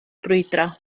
brwydro